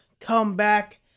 comeback